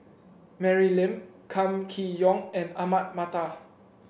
Mary Lim Kam Kee Yong and Ahmad Mattar